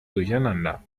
durcheinander